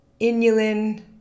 inulin